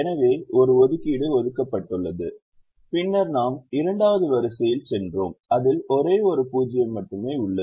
எனவே ஒரு ஒதுக்கீடு ஒதுக்கப்பட்டுள்ளது பின்னர் நாம் 2 வது வரிசையில் சென்றோம் அதில் ஒரே ஒரு 0 மட்டுமே உள்ளது